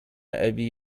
أبي